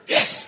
Yes